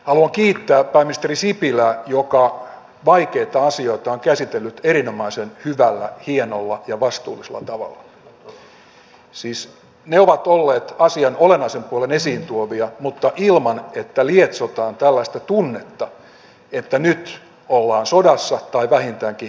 haluan kiittää pääministeri sipilää joka on käsitellyt vaikeita asioita erinomaisen hyvällä hienolla ja vastuullisella tavalla asian olennaiset puolet on tuotu esiin mutta ilman että lietsotaan tällaista tunnetta että nyt ollaan sodassa tai vähintäänkin hybridisodassa